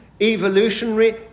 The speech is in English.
Evolutionary